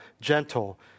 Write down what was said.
gentle